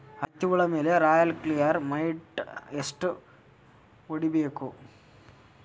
ಹತ್ತಿ ಹುಳ ಮೇಲೆ ರಾಯಲ್ ಕ್ಲಿಯರ್ ಮೈಟ್ ಎಷ್ಟ ಹೊಡಿಬೇಕು?